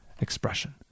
expression